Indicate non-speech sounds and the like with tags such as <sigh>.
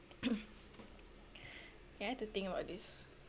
<noise> ya I have to think about this